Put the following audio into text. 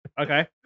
okay